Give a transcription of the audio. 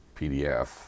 PDF